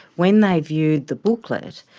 when they viewed the booklet,